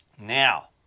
Now